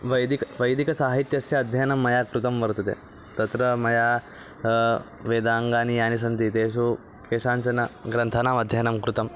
वैदिकं वैदिकसाहित्यस्य अध्ययनं मया कृतं वर्तते तत्र मया वेदाङ्गानि यानि सन्ति तेषु केषाञ्चन ग्रन्थानाम् अध्ययनं कृतम्